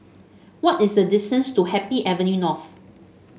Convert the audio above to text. what is the distance to Happy Avenue North